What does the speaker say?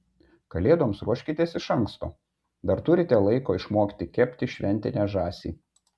kalėdoms ruoškitės iš anksto dar turite laiko išmokti kepti šventinę žąsį